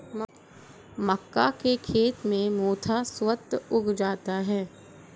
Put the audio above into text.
मक्का के खेत में मोथा स्वतः उग जाता है